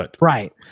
Right